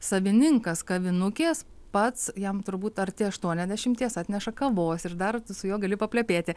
savininkas kavinukės pats jam turbūt arti aštuoniasdešimties atneša kavos ir dar tu su juo gali paplepėti